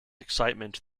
excitement